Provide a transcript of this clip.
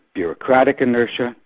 bureaucratic inertia.